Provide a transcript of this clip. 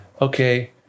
Okay